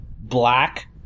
black